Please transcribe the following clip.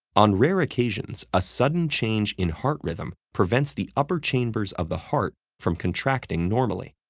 on rare occasions, a sudden change in heart rhythm prevents the upper chambers of the heart from contracting normally.